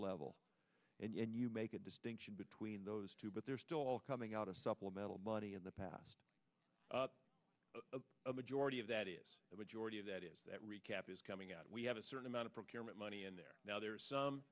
level and you make a distinction between those two but they're still all coming out of supplemental money in the past a majority of that is the majority of that is that recap is coming out we have a certain amount of procurement money in there now there